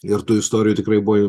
ir tų istorijų tikrai buvo